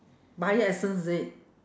bio essence is it